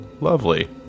Lovely